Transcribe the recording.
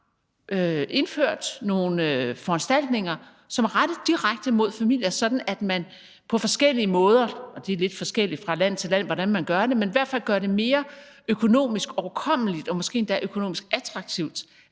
indført nogle foranstaltninger, som er rettet direkte mod familier, sådan at man på forskellige måder – det er lidt forskelligt fra land til land, hvordan man gør det – gør det mere økonomisk overkommeligt og måske endda økonomisk attraktivt